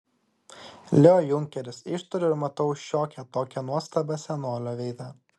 leo junkeris ištariu ir matau šiokią tokią nuostabą senolio veide